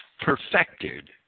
perfected